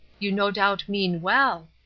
you no doubt mean well.